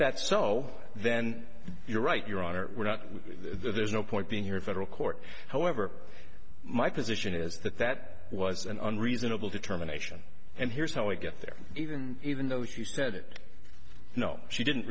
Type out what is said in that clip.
that's so then you're right your honor we're not there there's no point being here federal court however my position is that that was an unreasonable determination and here's how i get there even even though she said it no she didn't